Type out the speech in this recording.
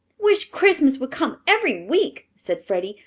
wish christmas would come ev'ry week, said freddie.